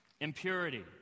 Impurity